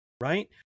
right